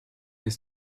est